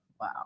Wow